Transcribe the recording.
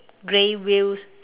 grey wheels